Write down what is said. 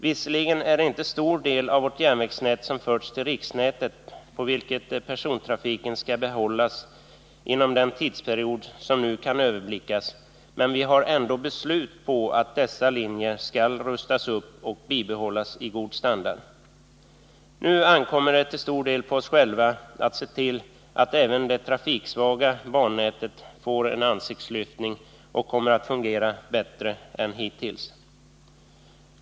Visserligen är det inte någon stor del av vårt järnvägsnät som har förts till riksnätet, på vilket persontrafiken skall behållas inom den tidsperiod som nu kan överblickas, men vi har ändå beslut på att dessa linjer skall rustas upp och bibehållas i god standard. Nu ankommer det till stor del på oss själva att se till att även det trafiksvaga bannätet får en ansiktslyftning och kommer att fungera bättre än hittills.